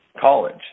college